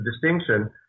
distinction